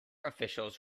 officials